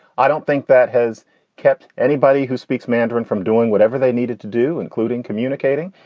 i don't think that has kept anybody who speaks mandarin from doing whatever they needed to do, including communicating.